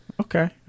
Okay